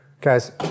Guys